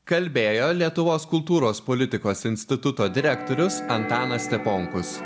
kalbėjo lietuvos kultūros politikos instituto direktorius antanas steponkus